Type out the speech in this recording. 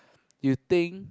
you think